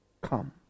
come